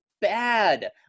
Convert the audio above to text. bad